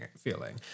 feeling